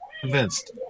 convinced